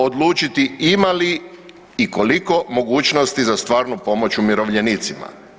odlučiti ima li i koliko mogućnosti za stvarnu pomoć umirovljenicima.